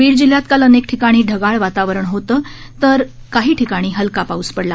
बीड जिल्ह्यात काल अनेक ठिकाणी ढगांळ वातावरण होते तर काही ठिकाणी हलका पाऊस झाला